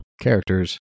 characters